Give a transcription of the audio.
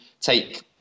take